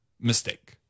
mistake